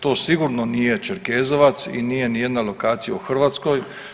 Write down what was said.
To sigurno nije Čerkezovac i nije ni jedna lokacija u Hrvatskoj.